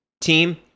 team